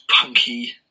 punky